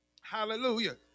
Hallelujah